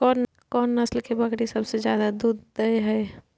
कोन नस्ल के बकरी सबसे ज्यादा दूध दय हय?